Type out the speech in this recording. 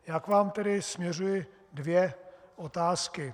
Já k vám tedy směřuji dvě otázky.